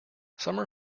summer